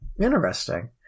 Interesting